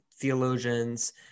theologians